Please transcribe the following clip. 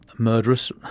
murderous